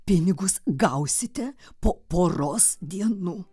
pinigus gausite po poros dienų